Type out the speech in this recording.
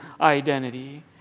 identity